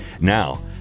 Now